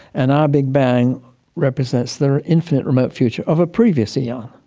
and our big bang represents the infinite remote future of a previous eon.